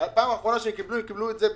בפעם האחרונה הם קיבלו את זה במרץ,